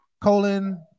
colon